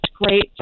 great